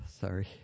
Sorry